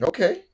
Okay